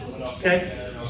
okay